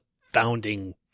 founding